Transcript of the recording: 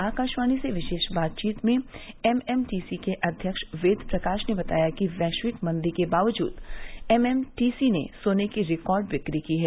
आकाशवाणी से विशेष बातचीत में एम एम टी सी के अध्यक्ष वेद प्रकाश ने कहा कि वैश्विक मंदी के बावजूद एम एम टी सी ने सोने की रिकॉर्ड बिक्री की है